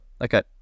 Okay